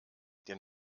den